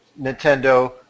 Nintendo